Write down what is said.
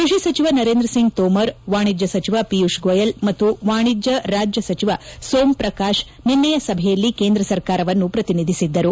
ಕೃಷಿ ಸಚಿವ ನರೇಂದ್ರ ಸಿಂಗ್ ತೋಮರ್ ವಾಣಿಜ್ಯ ಸಚಿವ ಪಿಯೂಶ್ ಗೋಯೆಲ್ ಮತ್ತು ವಾಣಿಜ್ಯ ರಾಜ್ಯ ಸಚಿವ ಸೋಮ್ ಪ್ರಕಾಶ್ ನಿನ್ನೆಯ ಸಭೆಯಲ್ಲಿ ಕೇಂದ್ರ ಸರ್ಕಾರವನ್ನು ಪ್ರತಿನಿಧಿಸಿದ್ದರು